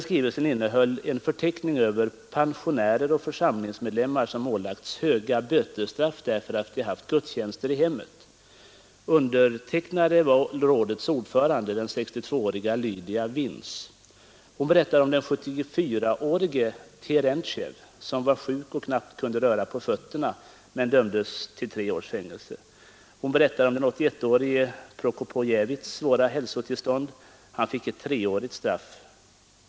Skrivelsen innehöll en förteckning över pensionärer och församlingsmedlemmar, som ålagts höga bötesstraff därför att de haft gudstjänster i hemmet. Undertecknare var rådets ordförande, den då 62-åriga Lydia Vins. Hon berättar om den 74-årige Terentjev, som var sjuk och knappt kunde röra på fötterna men som ändå dömdes till fängelse. Hon berättar om den 81-årige Prokopjevits” dåliga hälsotillstånd. Han avtjänar just nu ett treårigt straff.